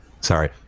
Sorry